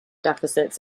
deficits